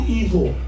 evil